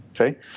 okay